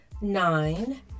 nine